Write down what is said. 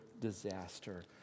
disaster